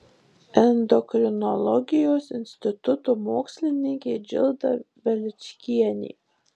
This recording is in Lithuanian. endokrinologijos instituto mokslininkė džilda veličkienė